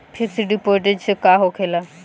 Fix deposit से का होखे ला?